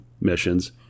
missions